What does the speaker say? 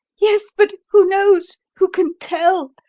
yes, but who knows? who can tell?